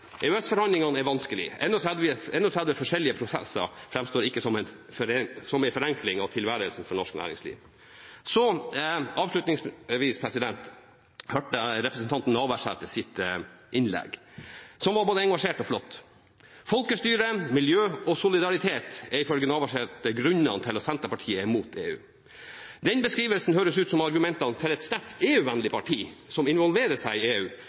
er vanskelige. 31 forskjellige prosesser framstår ikke som en forenkling av tilværelsen for norsk næringsliv. Til slutt til representanten Navarsetes innlegg, som var både engasjert og flott. Folkestyre, miljø og solidaritet er ifølge Navarsete grunnene til at Senterpartiet er imot EU. Den beskrivelsen høres ut som argumentene til et sterkt EU-vennlig parti som involverer seg i EU,